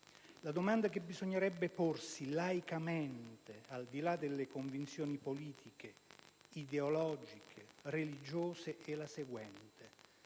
La domanda che bisognerebbe porsi laicamente, al di là delle convinzioni politiche, ideologiche, religiose, è la seguente: